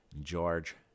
george